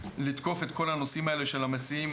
כדי לתקוף את כל הנושאים האלה של המסיעים,